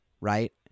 right